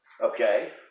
Okay